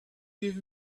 give